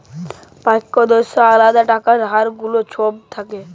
প্যত্তেক দ্যাশের আলেদা ট্যাক্সের হার গুলা ছব থ্যাকে